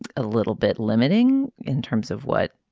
a little bit limiting in terms of what